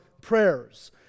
prayers